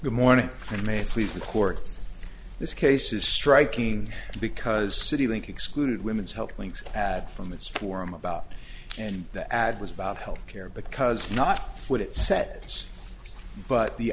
the morning and may please the court this case is striking because citylink excluded women's health links had from its forum about and the ad was about health care because not what it said but the